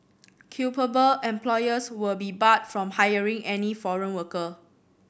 culpable employers will be barred from hiring any foreign worker